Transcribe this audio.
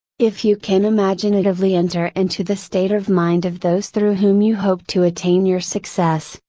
if you can imaginatively enter into the state of mind of those through whom you hope to attain your success,